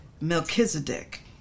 Melchizedek